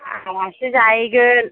आलासि जाहैगोन